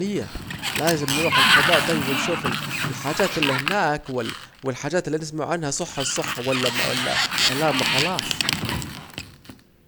امال ايه لازم نروح الفضاء ونشوف الحاجات الي هناك وال والحاجات الي نسمعوا عنها صح الصح ولا كلام وخلاص